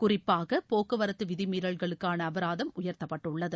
குறிப்பாக போக்குவரத்து விதிமீறல்களுக்கான அபராதம் உயர்த்தப்பட்டுள்ளது